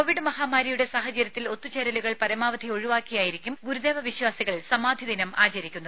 Covid മഹാമാരിയുടെ സാഹചര്യത്തിൽ ഒത്തുചേരലുകൾ പരമാവധി ഒഴിവാക്കിയായിരിക്കും ഗുരുദേവ വിശ്വാസികൾ സമാധി ദിനം ആചരിക്കുന്നത്